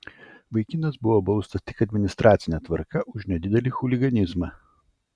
vaikinas buvo baustas tik administracine tvarka už nedidelį chuliganizmą